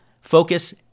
focus